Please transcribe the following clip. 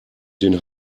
den